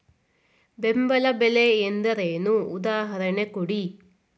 ಬೆಂಬಲ ಬೆಲೆ ಎಂದರೇನು, ಉದಾಹರಣೆ ಕೊಡಿ?